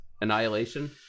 annihilation